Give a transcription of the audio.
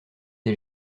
des